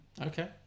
Okay